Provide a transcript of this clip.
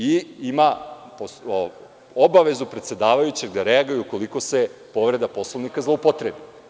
Ima obavezu predsedavajućeg da reaguje ukoliko se povreda Poslovnika zloupotrebi.